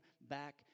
back